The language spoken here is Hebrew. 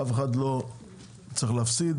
אף אחד לא צריך להפסיד,